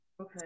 Okay